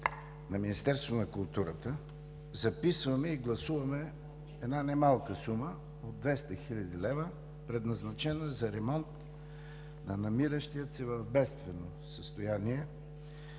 на Министерството на културата записваме и гласуваме една немалка сума от 200 хил. лв., предназначена за ремонт на намиращия се в бедствено състояние